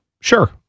Sure